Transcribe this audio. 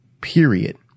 period